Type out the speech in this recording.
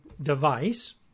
device